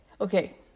okay